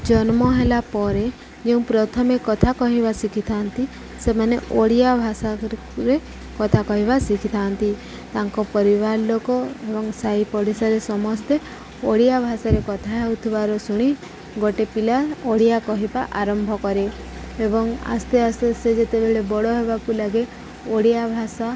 ଜନ୍ମ ହେଲା ପରେ ଯେଉଁ ପ୍ରଥମେ କଥା କହିବା ଶିଖିଥାନ୍ତି ସେମାନେ ଓଡ଼ିଆ ଭାଷାରେ କଥା କହିବା ଶିଖିଥାନ୍ତି ତାଙ୍କ ପରିବାର ଲୋକ ଏବଂ ସାହି ପଡ଼ିଶାରେ ସମସ୍ତେ ଓଡ଼ିଆ ଭାଷାରେ କଥା ହେଉଥିବାର ଶୁଣି ଗୋଟେ ପିଲା ଓଡ଼ିଆ କହିବା ଆରମ୍ଭ କରେ ଏବଂ ଆସ୍ତେ ଆସ୍ତେ ସେ ଯେତେବେଳେ ବଡ଼ ହେବାକୁ ଲାଗେ ଓଡ଼ିଆ ଭାଷା